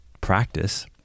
practice